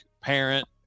parent